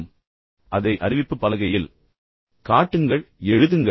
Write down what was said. எனவே அதை அறிவிப்பு பலகையில் காட்டுங்கள் எழுதுங்கள்